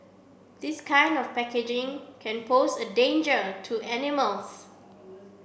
this kind of packaging can pose a danger to animals